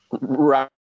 Right